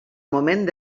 moment